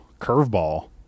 curveball